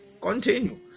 continue